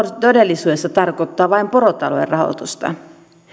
todellisuudessa tarkoittaa vain porotalouden rahoitusta